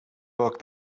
book